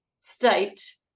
state